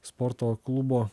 sporto klubo